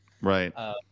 right